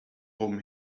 room